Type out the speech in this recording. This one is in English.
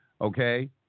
Okay